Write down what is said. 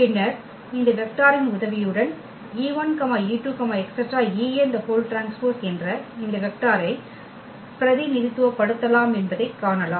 பின்னர் இந்த வெக்டாரின் உதவியுடன் e1e2enT என்ற இந்த வெக்டாரை பிரதிநிதித்துவப்படுத்தலாம் என்பதைக் காணலாம்